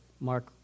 Mark